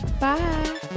bye